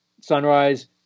Sunrise